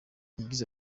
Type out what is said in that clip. yagize